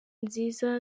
nziza